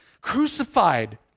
crucified